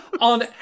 on